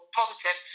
positive